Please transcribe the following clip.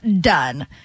done